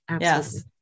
yes